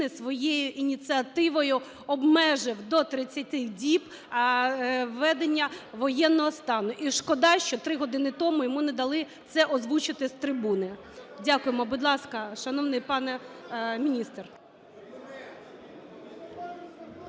своєю ініціативою обмежив до 30 діб введення воєнного стану. І шкода, що 3 години тому йому не дали це озвучити з трибуни. Дякуємо. Будь ласка, шановний пане міністр.